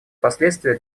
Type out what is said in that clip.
последствия